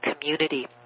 Community